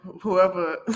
Whoever